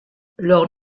leur